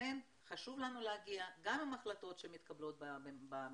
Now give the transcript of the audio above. לכן חשוב לנו להגיע גם עם החלטות שמתקבלות בממשלה,